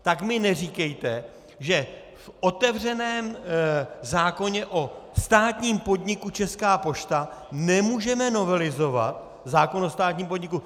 Tak mi neříkejte, že v otevřeném zákoně o státním podniku Česká pošta nemůžeme novelizovat zákon o státním podniku.